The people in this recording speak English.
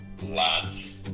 lads